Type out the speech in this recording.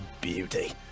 beauty